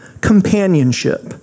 companionship